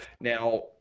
Now